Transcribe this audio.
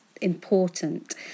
important